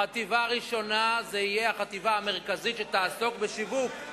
חטיבה ראשונה תהיה החטיבה המרכזית שתעסוק בשיווק.